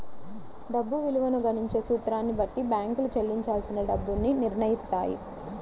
డబ్బు విలువను గణించే సూత్రాన్ని బట్టి బ్యేంకులు చెల్లించాల్సిన డబ్బుని నిర్నయిత్తాయి